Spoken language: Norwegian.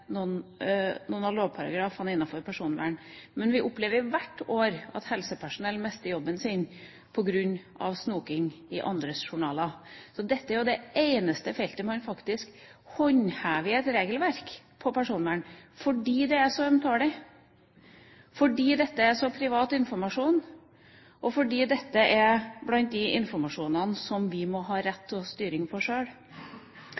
noen av lovparagrafene innenfor personvern. Men vi opplever hvert år at helsepersonell mister jobben sin på grunn av snoking i andres journaler. Dette er det eneste feltet man faktisk håndhever et regelverk for personvern på, fordi det er så ømtålig, fordi dette er så privat informasjon, og fordi dette er blant de typer informasjon vi må ha